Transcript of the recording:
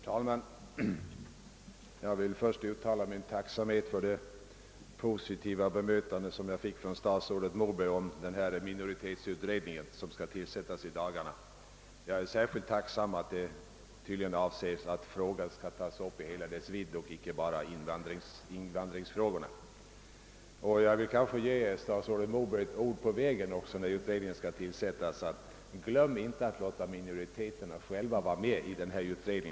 Herr talman! Jag vill först uttala min tacksamhet för det positiva svar som jag fick av statsrådet Moberg när det gäller den minoritetsutredning som skall tillsättas i dagarna. Jag är särskilt tacksam för att avsikten uppenbarligen är att ta upp problemet i hela dess vidd och inte bara behandla invandringsfrågorna. — Jag vill också ge statsrådet Moberg ett ord på vägen när utredningen skall tillsättas: Glöm inte att låta minoriteterna själva vara med i denna utredning!